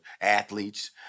athletes